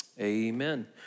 Amen